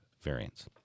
variants